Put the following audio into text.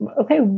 okay